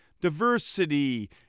diversity